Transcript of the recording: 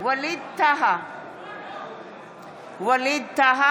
ווליד טאהא, בעד בועז טופורובסקי,